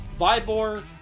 Vibor